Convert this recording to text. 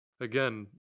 again